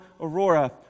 Aurora